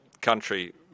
country